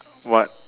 what